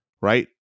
right